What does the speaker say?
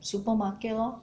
supermarket lor